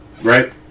Right